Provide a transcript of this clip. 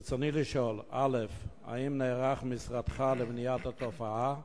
ברצוני לשאול: 1. האם נערך משרדך למניעת התופעה?